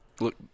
look